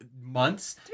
months